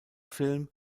film